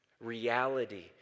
Reality